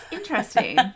Interesting